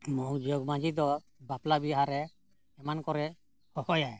ᱢᱩᱞ ᱡᱚᱜᱽ ᱢᱟᱺᱡᱷᱤ ᱫᱚ ᱵᱟᱯᱞᱟ ᱵᱤᱦᱟᱹᱨᱮ ᱮᱢᱟᱱ ᱠᱚᱨᱮ ᱦᱚᱦᱚᱭᱟᱭ